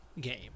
game